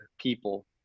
people